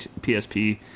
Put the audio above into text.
PSP